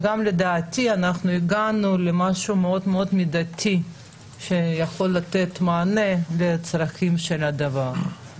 לדעתי אנחנו גם הגענו למשהו מאוד מידתי שיכול לתת מענה לצרכים של הנושא.